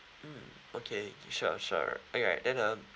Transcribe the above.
mm okay sure sure alright then uh